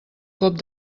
cop